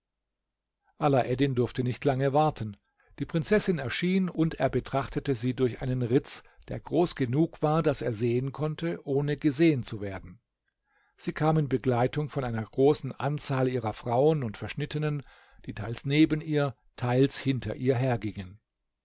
alaeddin durfte nicht lange warten die prinzessin erschien und er betrachtete sie durch einen ritz der groß genug war daß er sehen konnte ohne gesehen zu werden sie kam in begleitung von einer großen anzahl ihrer frauen und verschnittenen die teils neben ihr teils hinter ihr hergingen